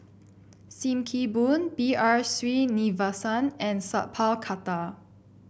Sim Kee Boon B R Sreenivasan and Sat Pal Khattar